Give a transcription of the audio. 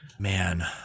Man